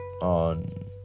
on